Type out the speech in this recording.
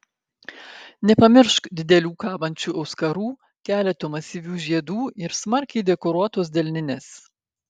nepamiršk didelių kabančių auskarų keleto masyvių žiedų ir smarkiai dekoruotos delninės